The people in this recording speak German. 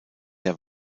der